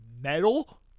metal